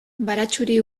baratxuri